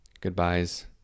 goodbyes